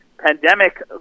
Pandemic